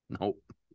Nope